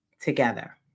together